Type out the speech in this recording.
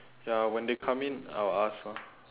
ya when they come in I'll ask lah